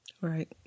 right